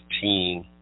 team